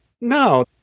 no